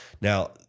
Now